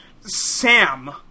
Sam